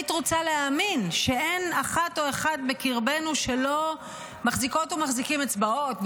היית רוצה להאמין שאין אחת או אחד בקרבנו שלא מחזיקות ומחזיקים אצבעות,